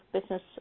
business